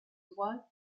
droit